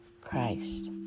Christ